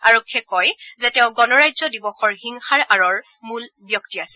আৰক্ষীয়ে কয় যে তেওঁ গণৰাজ্য দিৱসৰ হিংসাৰ আঁৰৰ মূল ব্যক্তি আছিল